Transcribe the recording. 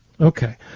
Okay